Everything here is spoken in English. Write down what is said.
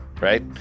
right